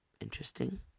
Interesting